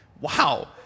wow